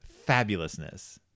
fabulousness